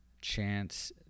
chance